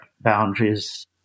boundaries